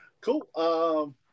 Cool